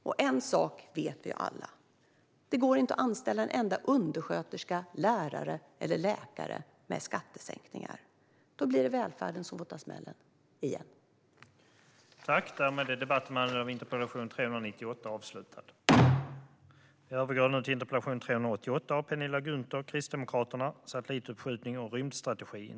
Men en sak vet vi alla: Det går inte att anställa en enda undersköterska, läkare eller lärare med skattesänkningar, och det blir välfärden som får ta smällen igen.